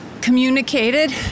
communicated